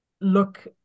look